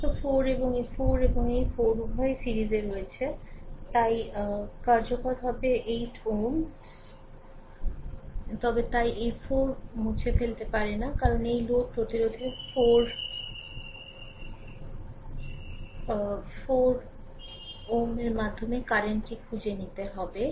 সমস্ত 4 এবং এই 4 এবং এই 4 উভয়ই সিরিজে রয়েছে তাই কার্যকর 8Ω হবে তবে এই 4 মুছে ফেলতে পারে না কারণ এই লোড প্রতিরোধের 4Ω এর মাধ্যমে কারেন্টটি খুঁজে নিতে হবে